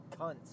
cunts